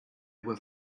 were